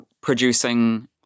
producing